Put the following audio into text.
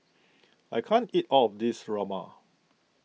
I can't eat all of this Rajma